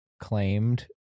claimed